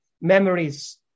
memories